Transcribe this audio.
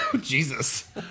Jesus